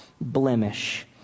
blemish